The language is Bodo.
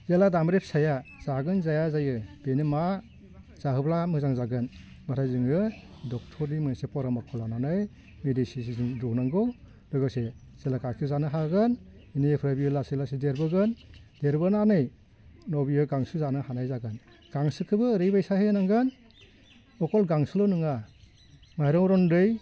जेब्ला दामब्रि फिसाया जागोन जाया जायो बेनो मा जाहोब्ला मोजां जागोन नाथाय जोङो डक्टरनि मोनसे फरामर्ख'खौ लानानै मेदिसिन दौनांगौ लोगोसे जेब्ला गखिर जानो हागोन बिनिफ्राइ बे लासै लासै देरबोगोन देरबोनानै उनाव बेयो गांसो जानो हानाय जागोन गांसोखौबो ओरै बायसा होनांगोन अकल गांसोल' नङा माइरं रन्दै